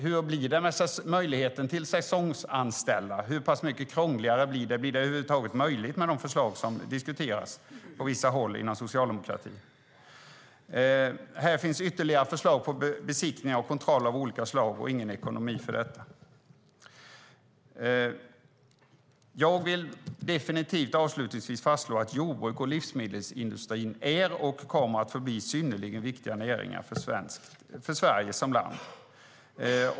Hur blir det med möjligheten att säsongsanställa - hur mycket krångligare blir det, och blir det över huvud taget möjligt med de förslag som diskuteras på vissa håll inom socialdemokratin? Här finns ytterligare förslag på besiktningar och kontroller av olika slag och ingen ekonomi för detta. Avslutningsvis vill jag definitivt fastslå att jordbruks och livsmedelsindustrin är och kommer att förbli synnerligen viktiga näringar för Sverige som land.